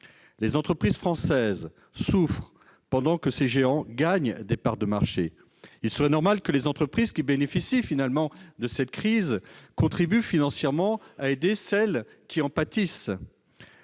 Les entreprises françaises souffrent pendant que ces géants gagnent des parts de marché. Il serait normal que les entreprises qui, en définitive, bénéficient de cette crise contribuent financièrement à aider celles qui en pâtissent.